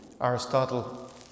Aristotle